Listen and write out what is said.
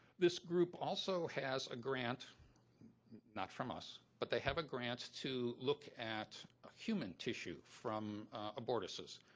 this group also has a grant not from us but they have a grant to look at ah human tissue from abortuses.